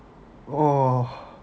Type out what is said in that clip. oh